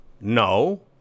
No